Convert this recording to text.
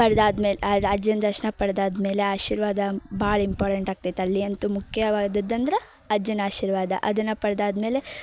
ಪಡ್ದಾದ್ಮೇಲೆ ಅಜ್ಜನ ದರ್ಶಸನ ಪಡ್ದಾದಮೇಲೆ ಆಶೀರ್ವಾದ ಭಾಳ ಇಂಪಾರ್ಟೆಂಟ್ ಆಗ್ತೈತೆ ಅಲ್ಲಿ ಅಂತೂ ಮುಖ್ಯವಾದುದ್ದಂದ್ರೆ ಅಜ್ಜನ ಆಶೀರ್ವಾದ ಅದನ್ನು ಪಡ್ದಾದಮೇಲೆ